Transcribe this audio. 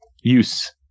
use